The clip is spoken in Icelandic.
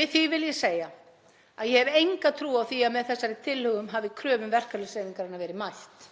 Við því vil ég segja að ég hef enga trú á því að með þessari tilhögun hafi kröfum verklýðshreyfingarinnar verið mætt.